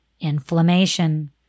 inflammation